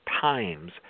times